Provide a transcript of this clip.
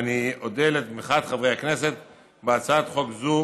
אודה על תמיכת חברי הכנסת בהצעת חוק זו